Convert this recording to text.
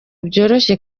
byoroshye